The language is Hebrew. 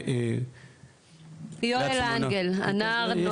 הנער יואל לנגל.